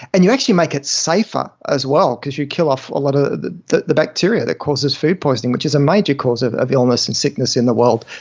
and you actually make it safer, as well, because you kill off a lot of the the bacteria that causes food poisoning, which is a major cause of of illness and sickness in the world.